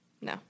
No